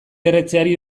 erretzeari